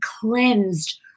cleansed